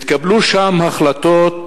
התקבלו שם החלטות,